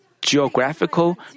geographical